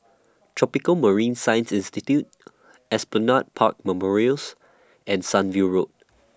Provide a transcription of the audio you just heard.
Tropical Marine Science Institute Esplanade Park Memorials and Sunview Road